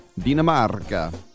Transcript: Dinamarca